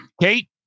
Kate